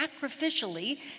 Sacrificially